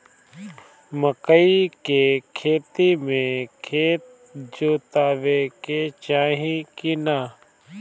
मकई के खेती मे खेत जोतावे के चाही किना?